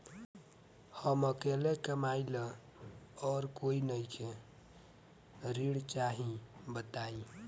हम अकेले कमाई ला और कोई नइखे ऋण चाही बताई?